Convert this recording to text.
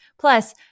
Plus